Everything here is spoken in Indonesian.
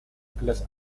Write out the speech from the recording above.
gelas